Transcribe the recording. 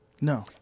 No